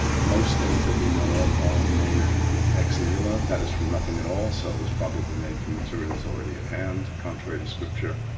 most things that we know of are made ex nihilo, that is from nothing at all, so it was probably made from materials already at hand, contrary to scripture.